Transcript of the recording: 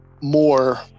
more